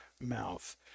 mouth